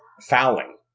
fouling